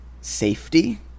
safety